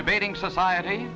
debating society